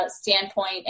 standpoint